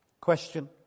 question